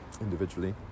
individually